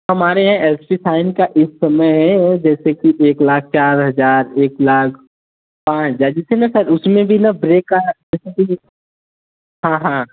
हमारे यहाँ L C fine का इस समय है जैसे कि लाख चार हजार एक लाख पाँच हजार जिसके अंदर सर उसमें भी न ब्रेक का जैसा कि हाँ हाँ